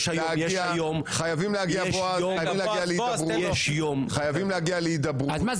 חייבים להגיע להידברות --- אז מה,